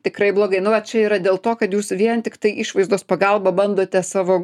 tikrai blogai nu va čia yra dėl to kad jūs vien tiktai išvaizdos pagalba bandote savo